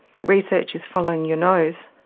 that research is following your nose,